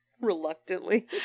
Reluctantly